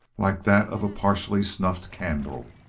like that of a partially snuffed candle.